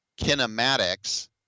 kinematics